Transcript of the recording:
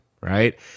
right